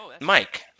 Mike